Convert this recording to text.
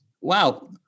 Wow